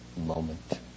moment